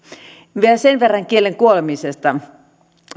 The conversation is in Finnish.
vielä sen verran kielen kuolemisesta